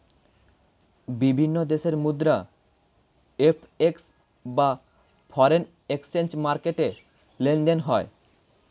বিভিন্ন দেশের মুদ্রা এফ.এক্স বা ফরেন এক্সচেঞ্জ মার্কেটে লেনদেন হয়